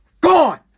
Gone